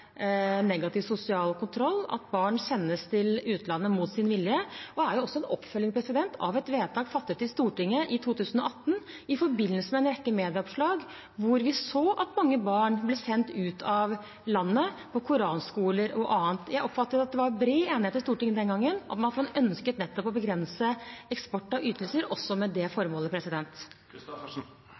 negativ sosial kontroll, at barn sendes til utlandet mot sin vilje, og det er jo også en oppfølging av et vedtak fattet i Stortinget i 2018, i forbindelse med en rekke medieoppslag hvor vi så at mange barn ble sendt ut av landet, til koranskoler og annet. Jeg oppfattet at det var bred enighet i Stortinget den gangen om at man ønsket nettopp å begrense eksport av ytelser, også med det formålet.